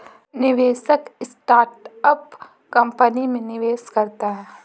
निवेशक startup company में निवेश करता है